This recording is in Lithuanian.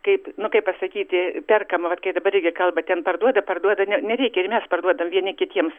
kaip nu kaip pasakyti perkama vat kaip dabar irgi kalba ten parduoda parduoda ne nereikia ir mes parduodam vieni kitiems